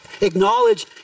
acknowledge